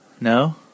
No